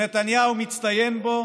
שנתניהו מצטיין בו